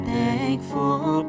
thankful